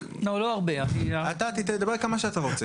הפחתה נוספת זה משהו שצריך להיערך אליו.